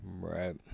Right